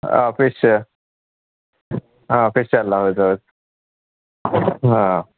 fish fish ಎಲ್ಲ ಹೌದು ಹೌದು ಹಾಂ